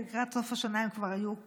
ולקראת סוף השנה הם כבר היו כ-80.